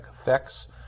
effects